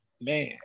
man